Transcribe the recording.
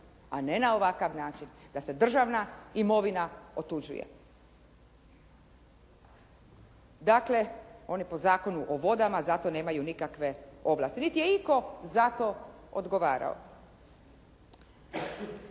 a ne na ovakav način da se državna imovina otuđuje. Dakle, oni po Zakonu o vodama za to nemaju nikakve ovlasti niti je itko za to odgovarao.